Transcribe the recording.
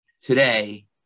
today